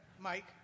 Mike